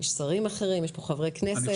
יש פה חברי כנסת.